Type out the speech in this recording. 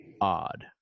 odd